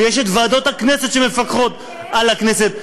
ויש ועדות הכנסת שמפקחות על הכנסת,